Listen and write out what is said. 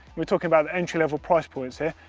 we're talking about entry level price points here,